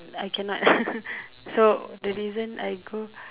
I cannot so the reason I go